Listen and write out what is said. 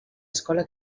escola